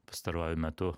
pastaruoju metu